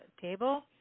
table